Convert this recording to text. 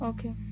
Okay